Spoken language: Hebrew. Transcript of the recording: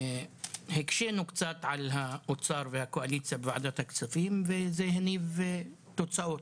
הקשינו קצת על האוצר ועל הקואליציה בוועדת הכספים וזה הניב תוצאות.